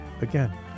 again